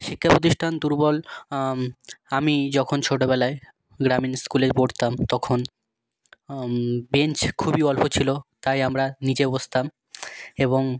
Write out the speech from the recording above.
শিক্ষা প্রতিষ্ঠান দুর্বল আমি যখন ছোটবেলায় গ্রামীণ স্কুলে পড়তাম তখন বেঞ্চ খুবই অল্প ছিল তাই আমরা নিচে বসতাম এবং